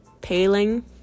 paling